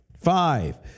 Five